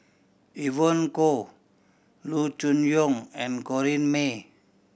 Evon Kow Loo Choon Yong and Corrinne May